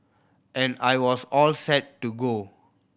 and I was all set to go